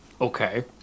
Okay